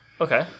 Okay